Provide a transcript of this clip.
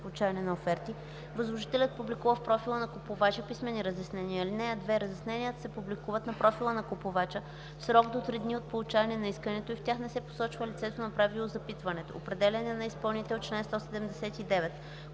възложителят публикува в профила на купувача писмени разяснения. (2) Разясненията се публикуват на профила на купувача в срок до три дни от получаване на искането и в тях не се посочва лицето, направило запитването.” „Определяне на изпълнител” – чл.